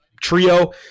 trio